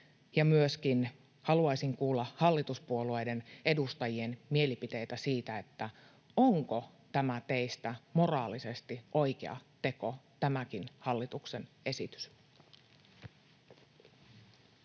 ja haluaisin kuulla myöskin hallituspuolueiden edustajien mielipiteitä siitä, onko tämä teistä moraalisesti oikea teko, tämäkin hallituksen esitys.